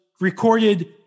recorded